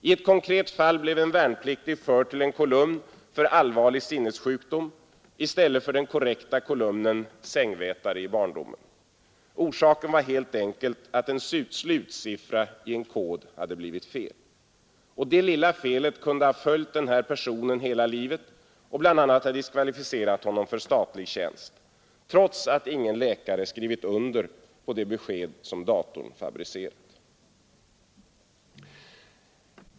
I ett konkret fall blev en värnpliktig förd till en kolumn för allvarlig sinnessjukdom i stället för den korrekta kolumnen ”sängvätare i barndomen”. Orsaken var helt enkelt att en slutsiffra i en kod hade blivit fel. Detta lilla fel kunde ha följt den här personen hela livet och bl.a. ha diskvalificerat honom för statlig tjänst. Och detta trots att ingen läkare skrivit under på det besked som datorn fabricerat.